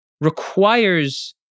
requires